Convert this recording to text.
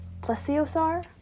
Plesiosaur